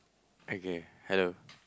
okay hello